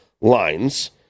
lines